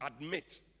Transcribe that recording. admit